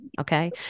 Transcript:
okay